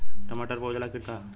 टमाटर पर उजला किट का है?